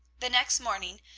the next morning,